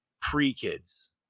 pre-kids